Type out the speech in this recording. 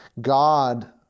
God